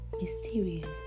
mysterious